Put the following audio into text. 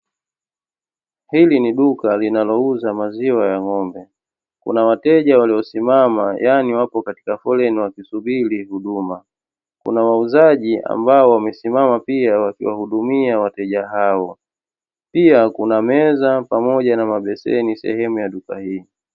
Hili ni duka linalouza maziwa ya ng'ombe, kuna wateja waliosimama yaani wako katika foleni wakisubiri huduma, kuna wauzaji ambao wamesimama pia wakiwahudumia wateja hao. Pia kuna meza pamoja na mabeseni sehemu ya duka hii.